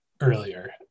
earlier